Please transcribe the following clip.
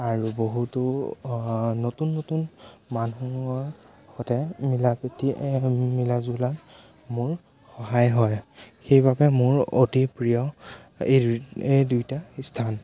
আৰু বহুতো নতুন নতুন মানুহৰ সতে মিলা প্ৰীতি মিলা জুলা মোৰ সহায় হয় সেইবাবে মোৰ অতি প্ৰিয় এই দুই এই দুইটা স্থান